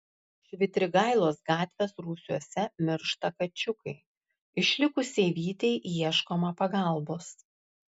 švitrigailos gatvės rūsiuose miršta kačiukai išlikusiai vytei ieškoma pagalbos